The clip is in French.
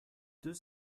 deux